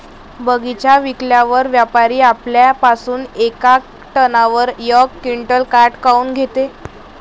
बगीचा विकल्यावर व्यापारी आपल्या पासुन येका टनावर यक क्विंटल काट काऊन घेते?